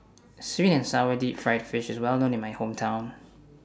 Sweet and Sour Deep Fried Fish IS Well known in My Hometown